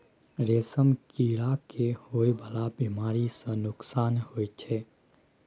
रेशम कीड़ा के होए वाला बेमारी सँ नुकसान होइ छै